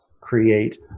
create